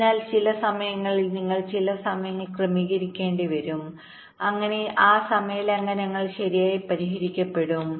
അതിനാൽ ചില സമയങ്ങളിൽ നിങ്ങൾ ചില സമയങ്ങളിൽ ക്രമീകരിക്കേണ്ടി വന്നേക്കാം അങ്ങനെ ആ സമയ ലംഘനങ്ങൾ ശരിയായി പരിഹരിക്കപ്പെടും